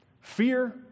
fear